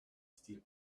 still